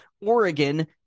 Oregon